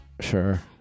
Sure